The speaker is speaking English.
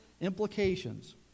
implications